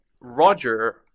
Roger